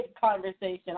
conversation